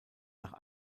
nach